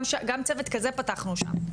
גם צוות כזה פתחנו שם.